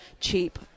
cheap